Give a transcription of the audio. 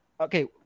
okay